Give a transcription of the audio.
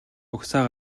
угсаа